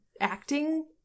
acting